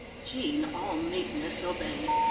jean, all meekness, obeyed,